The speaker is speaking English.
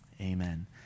Amen